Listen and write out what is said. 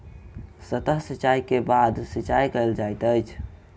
सतह सिचाई के बाढ़ सिचाई कहल जाइत अछि